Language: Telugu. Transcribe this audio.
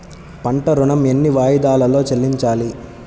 పంట ఋణం ఎన్ని వాయిదాలలో చెల్లించాలి?